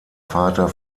vater